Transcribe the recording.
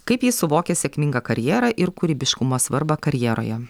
kaip ji suvokia sėkmingą karjerą ir kūrybiškumo svarbą karjeroje